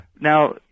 Now